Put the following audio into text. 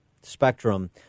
spectrum